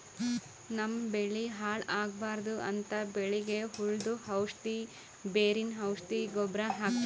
ನಮ್ಮ್ ಬೆಳಿ ಹಾಳ್ ಆಗ್ಬಾರ್ದು ಅಂತ್ ಬೆಳಿಗ್ ಹುಳ್ದು ಔಷಧ್, ಬೇರಿನ್ ಔಷಧ್, ಗೊಬ್ಬರ್ ಹಾಕ್ತಿವಿ